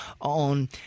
on